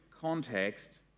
context